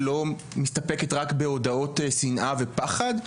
לא מסתפקת רק בהודעות שנאה ופחד,